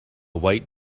white